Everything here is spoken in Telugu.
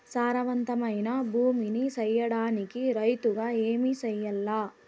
సారవంతమైన భూమి నీ సేయడానికి రైతుగా ఏమి చెయల్ల?